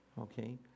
Okay